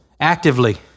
actively